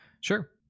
Sure